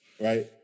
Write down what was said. right